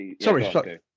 sorry